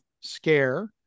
scare